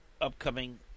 upcoming